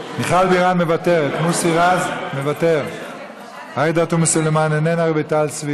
ליושב-ראש ועדת הכלכלה מר איתן כבל,